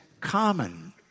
common